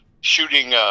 shooting –